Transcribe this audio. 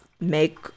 make